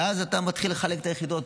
ואז אתה מתחיל לחלק את היחידות.